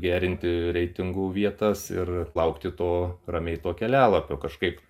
gerinti reitingų vietas ir laukti to ramiai to kelialapio kažkaip